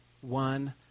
one